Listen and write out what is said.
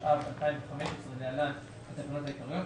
התשע"ו-2015 (להלן התקנות העיקריות),